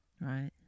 Right